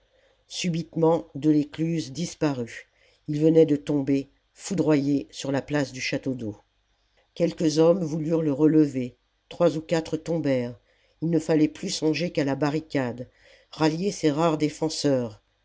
subitement delescluze disparut il venait de tomber foudroyé sur la place du château-d'eau quelques hommes voulurent le relever trois ou quatre tombèrent il ne fallait plus songer qu'à la barricade rallier ses rares défenseurs